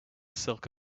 silk